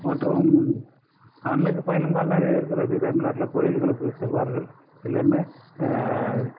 மற்றும் ஆன்மீக பயணம்தான் நிறைய இருக்கிறது தமிழ் நாட்டில் கோயிலுகளுக்கு செல்வார்கள் எல்லாேருமே